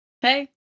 Hey